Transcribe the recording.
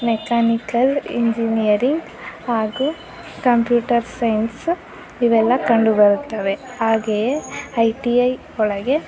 mechanical engineering ಹಾಗೂ computer science ಇವೆಲ್ಲ ಕಂಡುಬರುತ್ತವೆ ಹಾಗೆಯೇ ಐ ಟಿ ಐ ಒಳಗೆ